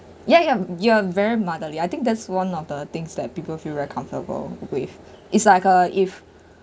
ya ya you are very motherly I think that's one of the things that people feel very comfortable with is like uh if